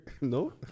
No